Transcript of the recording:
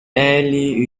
early